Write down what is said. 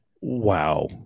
Wow